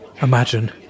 Imagine